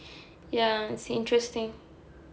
ya it's interesting